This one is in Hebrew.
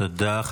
תודה.